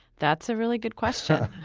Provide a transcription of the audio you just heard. that's a really good question.